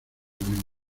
misma